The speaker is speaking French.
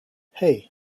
hey